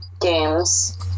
games